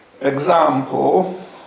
example